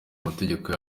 mategeko